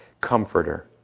Comforter